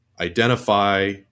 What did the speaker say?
identify